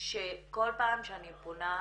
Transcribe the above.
שכל פעם שאני פונה,